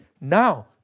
Now